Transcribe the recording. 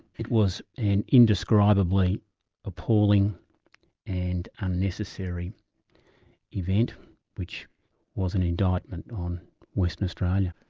it was an indescribably appalling and unnecessary event which was an indictment on western australia.